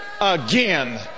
again